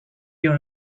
you